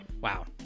Wow